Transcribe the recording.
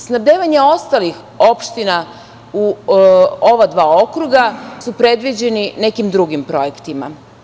Snabdevanje ostalih opština u ova dva okruga su predviđeni nekim drugim projektima.